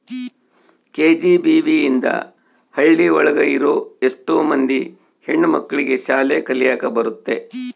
KGBV ಇಂದ ಹಳ್ಳಿ ಒಳಗ ಇರೋ ಎಷ್ಟೋ ಮಂದಿ ಹೆಣ್ಣು ಮಕ್ಳಿಗೆ ಶಾಲೆ ಕಲಿಯಕ್ ಬರುತ್ತೆ